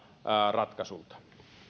ratkaisulta